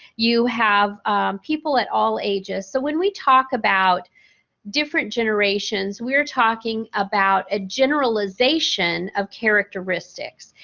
you have people at all ages. so, when we talk about different generations we are talking about a generalization of characteristics.